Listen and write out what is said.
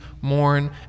mourn